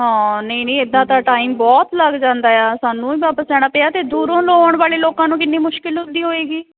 ਹਾਂ ਨਹੀਂ ਨਹੀਂ ਇੱਦਾਂ ਤਾਂ ਟਾਈਮ ਬਹੁਤ ਲੱਗ ਜਾਂਦਾ ਆ ਸਾਨੂੰ ਵਾਪਿਸ ਆਉਣਾ ਪਿਆ ਅਤੇ ਦੂਰੋਂ ਤੋਂ ਆਉਣ ਵਾਲੇ ਲੋਕਾਂ ਨੂੰ ਕਿੰਨੀ ਮੁਸ਼ਕਿਲ ਹੁੰਦੀ ਹੋਏਗੀ